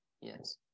Yes